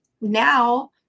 now